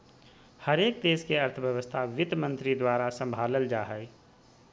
हरेक देश के अर्थव्यवस्था वित्तमन्त्री द्वारा सम्भालल जा हय